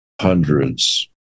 hundreds